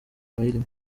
abayirimo